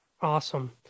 Awesome